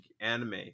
anime